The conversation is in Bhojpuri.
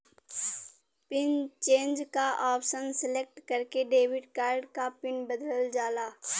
पिन चेंज क ऑप्शन सेलेक्ट करके डेबिट कार्ड क पिन बदलल जाला